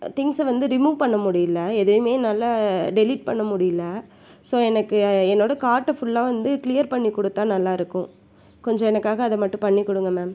திங்க்ஸை வந்து ரிமூவ் பண்ண முடியல எதையுமே என்னால் டெலீட் பண்ண முடியல ஸோ எனக்கு என்னோட கார்ட்டை ஃபுல்லாக வந்து கிளீயர் பண்ணிக் கொடுத்தா நல்லாருக்கும் கொஞ்சம் எனக்காக அதை மட்டும் பண்ணிக் கொடுங்க மேம்